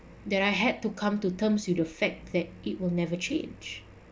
that I had to come to terms with the fact that it will never change